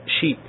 sheep